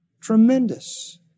Tremendous